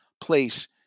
place